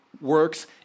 works